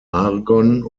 argon